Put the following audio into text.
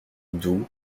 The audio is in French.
doux